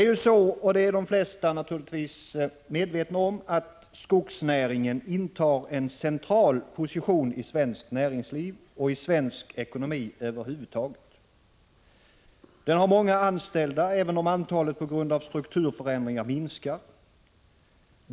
Skogsnäringen intar — det är de flesta medvetna om — en central position i svenskt näringsliv och i svensk ekonomi över huvud taget. Den har många anställda, även om antalet minskar på grund av strukturförändringar.